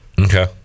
Okay